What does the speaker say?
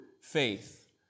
faith